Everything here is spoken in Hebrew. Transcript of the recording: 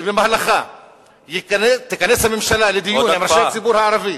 שבמהלכה תיכנס הממשלה לדיון עם ראשי הציבור הערבי